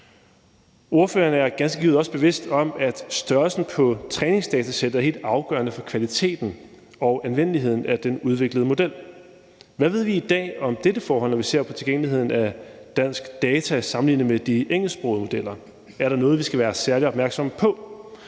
Ordførerne er ganske givet også bevidst om, at størrelsen på træningsdatacenteret er helt afgørende for kvaliteten og anvendeligheden af den udviklede model. Hvad ved vi i dag om dette forhold, når vi ser på tilgængeligheden af dansk data sammenlignet med de engelsksprogede modeller? Er der noget, vi skal være særlig opmærksomme på?